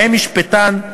בהם משפטן,